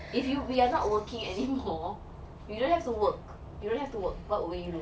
if you are we are not working at anymore we don't have to work you don't have to work what would you do